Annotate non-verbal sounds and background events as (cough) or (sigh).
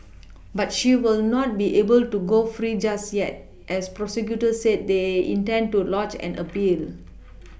(noise) but she will not be able to go free just yet as prosecutors said they intend to lodge an appeal (noise)